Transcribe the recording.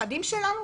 בנכדים שלנו.